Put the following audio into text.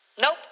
Nope